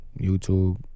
YouTube